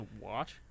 watch